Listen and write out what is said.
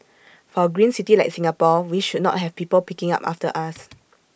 for A green city like Singapore we should not have people picking up after us